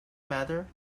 matter